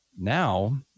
now